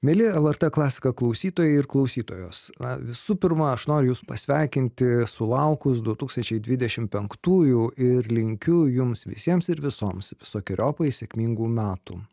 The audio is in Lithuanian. mieli lrt klasika klausytojai ir klausytojos na visų pirma aš noriu jus pasveikinti sulaukus du tūkstančiai dvidešim penktųjų ir linkiu jums visiems ir visoms visokeriopai sėkmingų metų